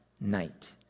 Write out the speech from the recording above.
night